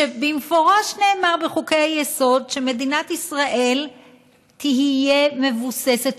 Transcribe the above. שבמפורש נאמר בחוקי-היסוד שמדינת ישראל תהיה מבוססת,